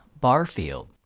Barfield